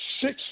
six